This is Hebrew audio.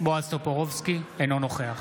טופורובסקי, אינו נוכח